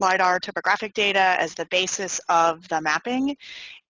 lidar topographic data as the basis of the mapping